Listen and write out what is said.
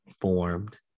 formed